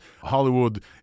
Hollywood